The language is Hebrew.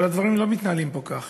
אבל הדברים לא מתנהלים פה כך.